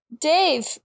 Dave